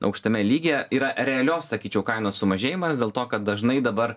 aukštame lygyje yra realios sakyčiau kainos sumažėjimas dėl to kad dažnai dabar